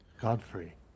Godfrey